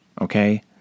Okay